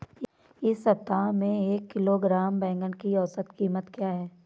इस सप्ताह में एक किलोग्राम बैंगन की औसत क़ीमत क्या है?